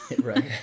Right